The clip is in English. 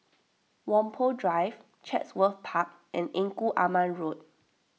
Whampoa Drive Chatsworth Park and Engku Aman Road